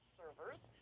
servers